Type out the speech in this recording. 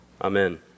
Amen